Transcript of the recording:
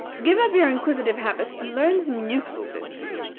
give up your inquisitive habits, and learn some useful business.